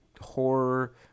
horror